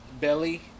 Belly